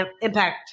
impact